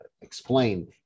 explain